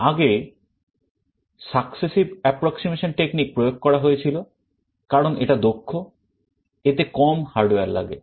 আগে successive approximation technique প্রয়োগ করা হয়েছিল কারণ এটা দক্ষ এতে কম hardware লাগে